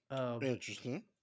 Interesting